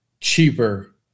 cheaper